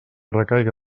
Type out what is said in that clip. recaiga